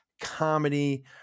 comedy